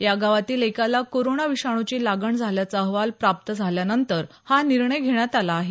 या गावातील एकाला कोरोना विषाणूची लागण झाल्याचा अहवाल प्राप्त झाल्यानंतर हा निर्णय घेण्यात आला आहे